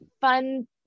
fun